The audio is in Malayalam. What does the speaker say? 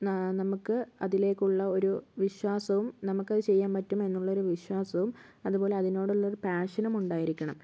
നമുക്ക് അതിലേക്കുള്ള ഒരു വിശ്വാസവും നമുക്കത് ചെയ്യാൻ പറ്റും എന്നുള്ളൊരു വിശ്വാസവും അതുപോലെ അതിനോടുള്ളൊരു പേഷനും ഉണ്ടായിരിക്കണം